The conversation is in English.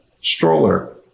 stroller